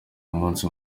umunsi